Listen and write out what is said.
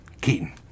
keaton